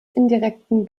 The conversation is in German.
indirekten